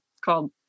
called